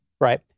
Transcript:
right